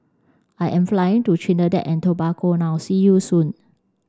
I am flying to Trinidad and Tobago now see you soon